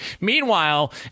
Meanwhile